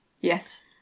Yes